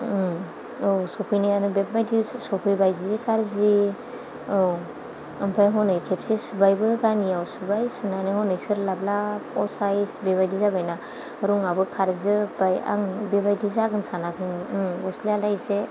औ सफैनायानो बेबायदिसो सौफैबाय जि गाज्रि औ ओमफ्राय हनै खेबसे सुबायबो गानैआव सुबाय सुनानै हनै सोरलाब लाब असाइस बिबायदि जाबायना रंआबो खारजोबबाय आं बिबायदि जागोन सानाखैमोन गस्लायालाय एसे